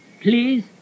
Please